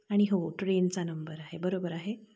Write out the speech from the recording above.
आणि हो ट्रेनचा नंबर आहे बरोबर आहे